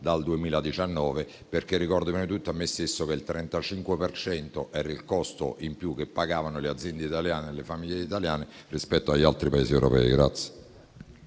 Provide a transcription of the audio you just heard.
dal 2019. Ricordo prima di tutto a me stesso che il 35 per cento era il costo in più che pagavano le aziende italiane e le famiglie italiane rispetto agli altri Paesi europei.